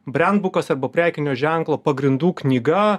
briandbukas arba prekinio ženklo pagrindų knyga